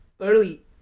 early